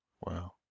Wow